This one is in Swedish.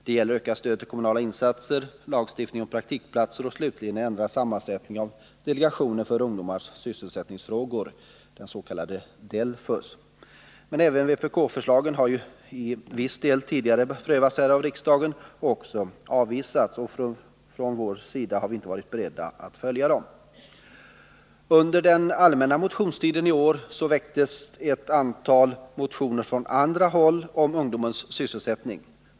Det gäller ökat stöd till kommunala insatser, lagstiftning om praktikplatser och slutligen en ändrad sammansättning av delegationen för ungdomars sysselsättningsfrågor, den s.k. DELFUS. Också vpk-förslagen har till viss del tidigare prövats av riksdagen och avvisats. Utskottsmajoriteten har inte heller denna gång varit beredd att följa dem. Under den allmänna motionstiden i år väcktes också från andra håll ett antal motioner om ungdomens sysselsättning.